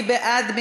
מי בעד?